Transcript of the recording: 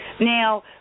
Now